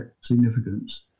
significance